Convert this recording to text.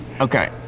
Okay